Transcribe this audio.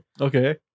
Okay